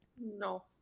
No